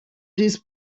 this